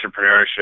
entrepreneurship